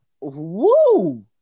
Woo